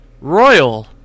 royal